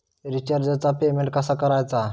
रिचार्जचा पेमेंट कसा करायचा?